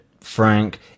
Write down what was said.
Frank